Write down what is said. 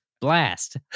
Blast